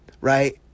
Right